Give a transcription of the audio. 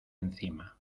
encima